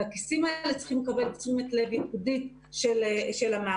הכיסים האלה צריכים לקבל תשומת לב ייחודית של המערכת.